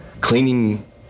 cleaning